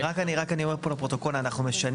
רק אני אומר פה לפרוטוקול אנחנו משנים